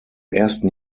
ersten